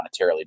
monetarily